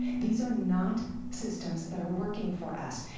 these are not systems that are working for us.